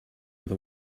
with